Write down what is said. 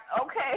okay